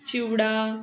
चिवडा